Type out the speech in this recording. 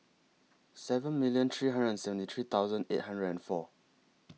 seven million three hundred and seventy three eight hundred and four